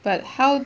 but how